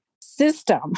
system